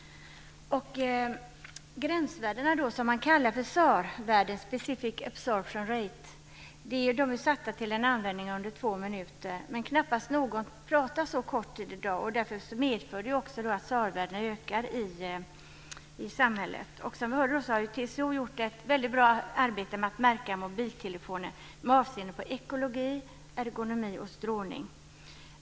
Gränsvärdena - de kallas för SAR, Specific Absorption Rate - är satta för en användning under två minuter. Knappast någon pratar så kort tid i dag, och det medför att SAR-värdena ökar i samhället. Som vi hörde har TCO gjort ett väldigt bra arbete med att märka mobiltelefoner med avseende på ekologi, ergonomi och strålning.